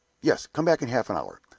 yes. come back in half an hour.